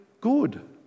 good